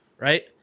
Right